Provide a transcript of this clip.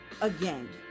again